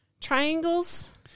triangles